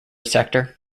sector